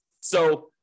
So-